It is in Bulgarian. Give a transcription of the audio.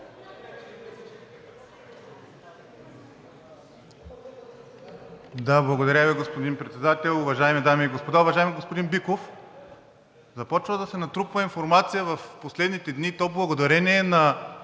Благодаря Ви, господин Председател. Уважаеми дами и господа! Уважаеми господин Биков, започва да се натрупва информация в последните дни, и то благодарение на